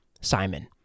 Simon